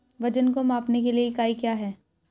वजन को मापने के लिए इकाई क्या है?